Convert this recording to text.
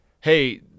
hey